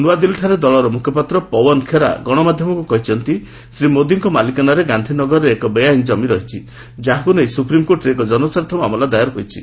ନ୍ତଆଦିଲ୍ଲୀରେ ଦଳର ମୁଖପାତ୍ର ପଓ୍ୱନ୍ ଖେରା ଗଣମାଧ୍ୟମକୁ କହିଛନ୍ତି ଶ୍ରୀ ମୋଦିଙ୍କ ମାଲିକାନାରେ ଗାନ୍ଧିନଗରରେ ଏକ ବେଆଇନ ଜମି ରହିଛି ଯାହାକୁ ନେଇ ସ୍ୱପ୍ରିମ୍କୋର୍ଟରେ ଏକ ଜନସ୍ୱାର୍ଥ ମାମଲା ଦାୟର୍ ହୋଇଛି